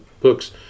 books